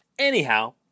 Anyhow